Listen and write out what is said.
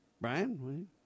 Brian